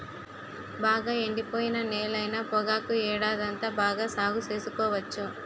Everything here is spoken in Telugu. బాగా ఎండిపోయిన నేలైన పొగాకు ఏడాదంతా బాగా సాగు సేసుకోవచ్చు